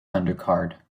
undercard